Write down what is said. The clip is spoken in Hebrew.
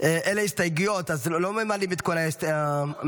אלה הסתייגויות, אז לא מעלים את כל המסתייגים.